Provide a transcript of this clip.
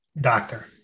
Doctor